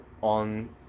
on